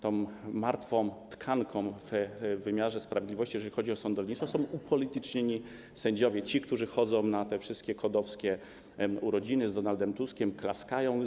Tą martwą tkanką w wymiarze sprawiedliwości, jeżeli chodzi o sądownictwo, są upolitycznieni sędziowie, którzy chodzą na te wszystkie KOD-owskie urodziny z Donaldem Tuskiem, klaskają.